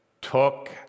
took